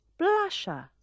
blusher